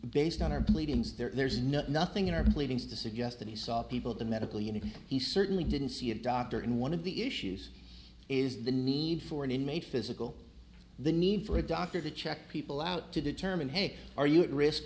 based on our pleadings there's nothing in our pleadings to suggest that he saw people at the medical unit he certainly didn't see a doctor in one of the issues is the need for an inmate physical the need for a doctor to check people out to determine hey are you at risk